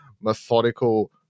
methodical